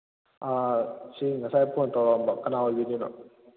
ꯑꯥ ꯁꯤ ꯉꯁꯥꯏ ꯐꯣꯟ ꯇꯧꯔꯛꯑꯝꯕ ꯀꯅꯥ ꯑꯣꯏꯕꯤꯗꯣꯏꯅꯣ